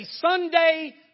Sunday